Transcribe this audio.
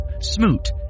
Smoot